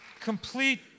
complete